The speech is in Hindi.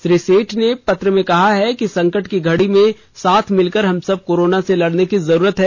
श्री सेठ ने पत्र में कहा है संकट की घड़ी में साथ मिलकर हमसब को कोरोना से लड़ने की जरूरत है